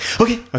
okay